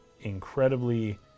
incredibly